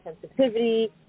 sensitivity